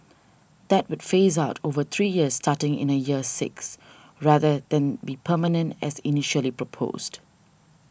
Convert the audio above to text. that would phase out over three years starting in the year six rather than be permanent as initially proposed